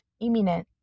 imminent